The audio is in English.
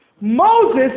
Moses